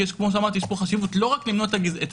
כי יש פה חשיבות לא רק למנוע את הגזענות,